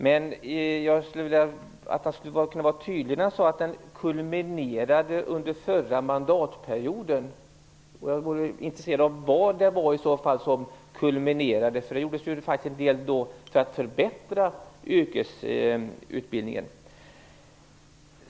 Men jag skulle vilja att han var tydligare när han sade att den kulminerade under den förra mandatperioden. Jag är intresserad av att höra vad det var som kulminerade. Då gjordes det ju en del för att förbättra yrkesutbildningen.